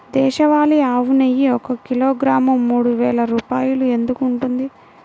దేశవాళీ ఆవు నెయ్యి ఒక కిలోగ్రాము మూడు వేలు రూపాయలు ఎందుకు ఉంటుంది?